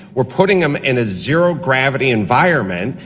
we are putting them in a zero gravity environment,